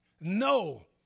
No